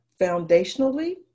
foundationally